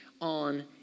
on